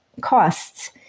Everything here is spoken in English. costs